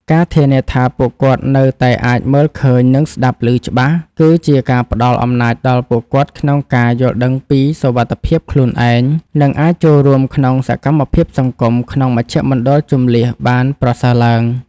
ការធានាថាពួកគាត់នៅតែអាចមើលឃើញ និងស្ដាប់ឮច្បាស់ គឺជាការផ្ដល់អំណាចដល់ពួកគាត់ក្នុងការយល់ដឹងពីសុវត្ថិភាពខ្លួនឯង និងអាចចូលរួមក្នុងសកម្មភាពសង្គមក្នុងមជ្ឈមណ្ឌលជម្លៀសបានប្រសើរឡើង។